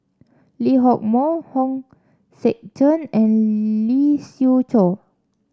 Lee Hock Moh Hong Sek Chern and Lee Siew Choh